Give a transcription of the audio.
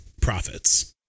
profits